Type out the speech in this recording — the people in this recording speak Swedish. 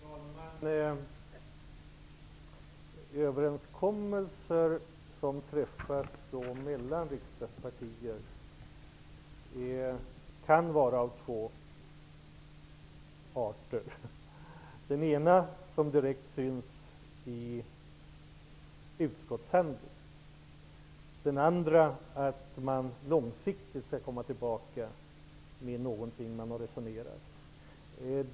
Herr talman! Överenskommelser som träffas mellan riksdagspartier kan vara av två arter; den ena syns direkt i utskottshandling och den andra innebär att man långsiktigt skall komma tillbaka med någonting som man har resonerat om.